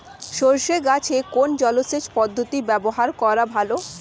সরষে গাছে কোন জলসেচ পদ্ধতি ব্যবহার করা ভালো?